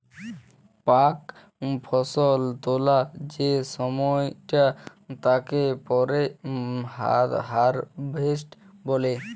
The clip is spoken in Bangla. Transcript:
পাক ফসল তোলা যে সময়টা তাকে পরে হারভেস্ট বলে